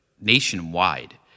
nationwide